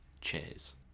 cheers